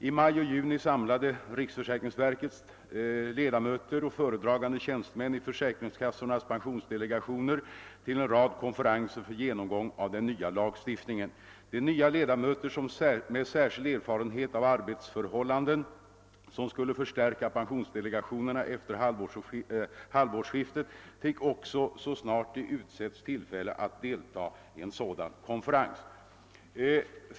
I maj och juni samlade riksförsäkringsverket ledamöter och föredragande tjänstemän i försäkringskassornas pensionsdelegationer till en rad konferenser för genomgång av den nya lagstiftningen. De nya ledamöter med särskild erfarenhet av arbetsförhållanden, som skulle förstärka pensionsdelegationerna efter halvårsskiftet, fick också så snart de utsetts tillfälle att delta i en sådan konferens.